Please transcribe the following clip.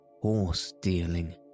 Horse-dealing